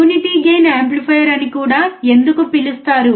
unity gain amplifier అని కూడా ఎందుకు పిలుస్తారు